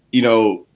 you know,